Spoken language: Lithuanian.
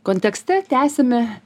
kontekste tęsime